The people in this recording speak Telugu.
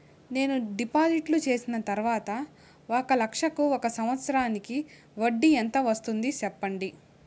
నేను డిపాజిట్లు చేసిన తర్వాత ఒక లక్ష కు ఒక సంవత్సరానికి వడ్డీ ఎంత వస్తుంది? సెప్పండి?